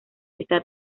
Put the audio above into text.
está